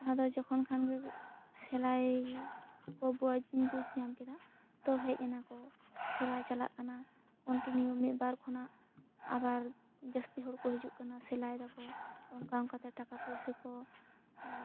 ᱡᱟᱦᱟᱸ ᱫᱚ ᱡᱚᱠᱷᱚᱱ ᱠᱷᱟᱱ ᱜᱮ ᱥᱮᱞᱟᱭ ᱠᱚ ᱵᱚᱡ ᱵᱩᱡᱽ ᱧᱟᱢ ᱠᱮᱫᱟ ᱛᱚ ᱦᱮᱡ ᱮᱱᱟ ᱠᱚ ᱥᱮᱞᱟᱭ ᱪᱟᱞᱟᱜ ᱠᱟᱱᱟ ᱠᱚᱱᱴᱩᱱᱤᱭᱩ ᱢᱤᱫ ᱰᱟᱨ ᱠᱷᱚᱱᱟᱜ ᱟᱵᱟᱨ ᱡᱟᱹᱥᱛᱤ ᱦᱚᱲ ᱠᱚ ᱦᱤᱡᱩᱜ ᱠᱟᱱᱟ ᱥᱮᱞᱟᱭ ᱫᱚᱠᱚ ᱚᱱᱠᱟ ᱚᱱᱠᱟ ᱛᱮ ᱴᱟᱠᱟ ᱯᱩᱭᱥᱟᱹ ᱠᱚ ᱚ